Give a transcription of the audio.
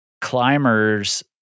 climbers